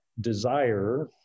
desire